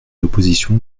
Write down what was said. l’opposition